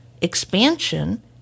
expansion